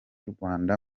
rwanda